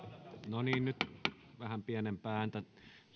no niin nyt vähän pienempää ääntä